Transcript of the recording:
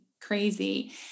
crazy